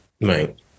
Right